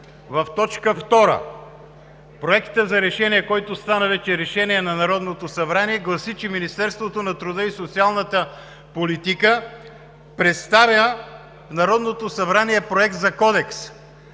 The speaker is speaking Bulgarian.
В т. 2 Проектът за решение, който става вече Решение на Народното събрание гласи, че Министерството на труда и социалната политика представя в Народното събрание Проект за кодекс,